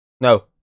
No